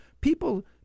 People